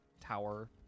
tower